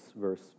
verse